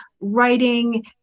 writing